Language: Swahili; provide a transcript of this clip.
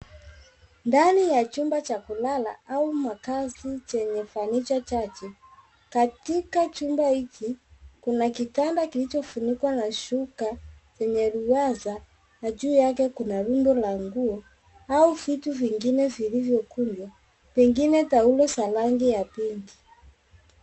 Ndani ya jumba cha kulala au makazi chenye furniture chache. Katika jumba hiki kuna kitanda kilicho funikwa na shuka chenye uruwaza na juu yake kuna rundu la nguo au vitu vingine vilivyokunjwa pengine taulo za rangi ya pinki.